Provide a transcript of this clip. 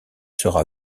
sera